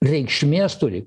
reikšmės turi